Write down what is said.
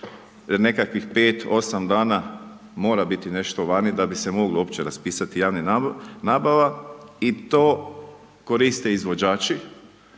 jer nekakvih 5, 8 dana mora biti nešto vani da bi se moglo uopće raspisati javna nabava i to koriste izvođači